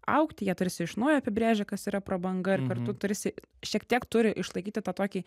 augti jie tarsi iš naujo apibrėžia kas yra prabanga ir kartu tarsi šiek tiek turi išlaikyti tą tokį